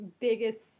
biggest